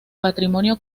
patrimonio